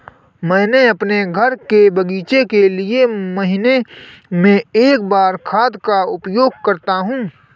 मैं अपने घर के बगीचे के लिए महीने में एक बार खाद का उपयोग करता हूँ